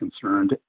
concerned